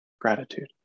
gratitude